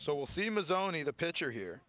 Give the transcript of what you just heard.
so we'll see him as only the pitcher here